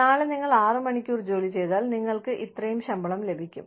നാളെ നിങ്ങൾ ആറ് മണിക്കൂർ ജോലി ചെയ്താൽ നിങ്ങൾക്ക് ഇത്രയും ശമ്പളം ലഭിക്കും